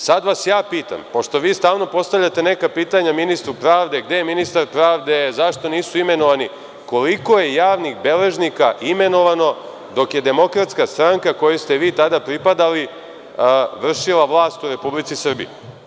Sada vas ja pitam, pošto vi stalno postavljate neka pitanja ministru pravde, gde je ministar pravde, zašto nisu imenovani - koliko je javnih beležnika imenovano dok je DS kojoj ste vi tada pripadali vršila vlast u Republici Srbiji?